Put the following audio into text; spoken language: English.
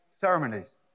Ceremonies